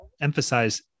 emphasize